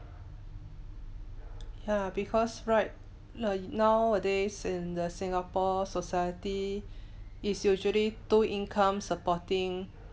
ya because right now nowadays in the singapore society is usually two income supporting